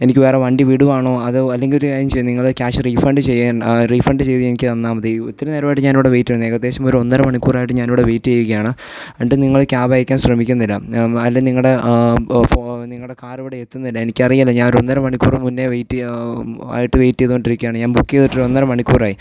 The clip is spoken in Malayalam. എനിക്ക് വേറെ വണ്ടി വിടുകയാണോ അതോ അല്ലെങ്കിൽ ഒരു കാര്യം ചെയ്യു നിങ്ങൾ ക്യാഷ് റീഫണ്ട് ചെയ്യാൻ റീഫണ്ട് ചെയ്ത് എനിക്ക് തന്നാൽ മതി ഒത്തിരി നേരമായിട്ട് ഞാൻ ഇവിടെ വെയ്റ്റാണ് ഏകദേശം ഒരൊന്നര മണിക്കൂറായിട്ട് ഞാനിവിടെ വെയ്റ്റ് ചെയ്യുകയാണ് എന്നിട്ടും നിങ്ങൾ ക്യാബ് അയയ്ക്കാൻ ശ്രമിക്കുന്നില്ല അല്ലെങ്കിൽ നിങ്ങളുടെ നിങ്ങളുടെ കാറിവിടെ എത്തുന്നില്ല എനിക്കറിയില്ല ഞാനൊരു ഒന്നര മണിക്കൂർ മുന്നേ വെയ്റ്റ് ചെയ്യുകയാണ് ആയിട്ട് വെയ്റ്റ് ചെയ്തുകൊണ്ടിരിക്കുകയാണ് ഞാൻ ബുക്ക് ചെയ്തിട്ട് ഒരൊന്നര മണിക്കൂറായി